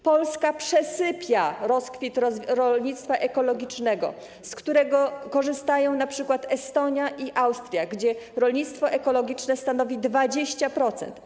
Polska przesypia rozkwit rolnictwa ekologicznego, z którego korzystają np. Estonia i Austria, gdzie rolnictwo ekologiczne stanowi 20%.